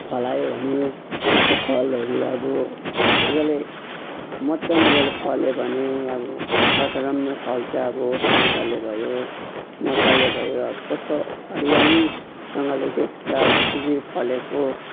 फलायो भने त्यसको फलहरू अब मजाले मजा मजाले फल्यो भने अब लटरम्मै फल्छ अब टमटरले भयो अब मटरले भयो कस्तो हरियालीसँगले देख्छ अब त्यसरी फलेको